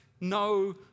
no